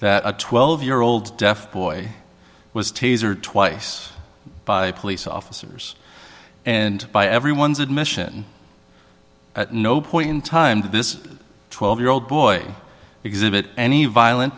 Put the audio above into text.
that a twelve year old deaf boy was tasered twice by police officers and by everyone's admission at no point in time to this twelve year old boy exhibit any violen